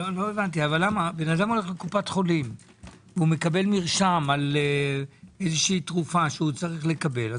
אדם הולך לקופת חולים ומקבל מרשם על תרופה שצריך לקבל.